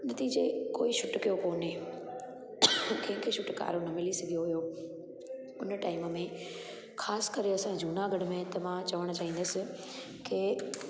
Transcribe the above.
नतीजे कोई छुटकियो कोन्हे कंहिंखे छुटकारो न मिली सघियो हुयो उन टाइम में ख़ासिकरे असां जूनागढ़ में त मां चवणु चाहींदसि के